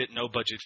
no-budget